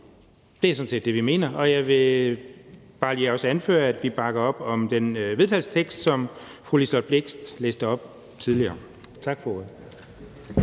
det er sådan set det, vi mener. Og jeg vil bare lige også anføre, at vi bakker op om den vedtagelsestekst, som fru Liselott Blixt læste op tidligere. Tak for ordet.